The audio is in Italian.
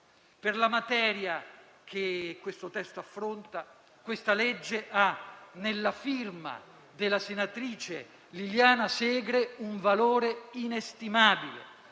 Per la materia che questo testo affronta, questa legge ha nella firma della senatrice Liliana Segre un valore inestimabile,